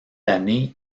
l’année